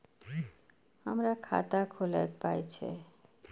हमर खाता खौलैक पाय छै